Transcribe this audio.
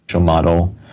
model